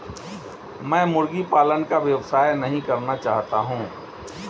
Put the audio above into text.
मैं मुर्गी पालन का व्यवसाय नहीं करना चाहता हूँ